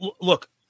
look